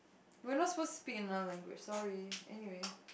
we are not suppose to speak in another language sorry anyway